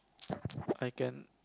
I can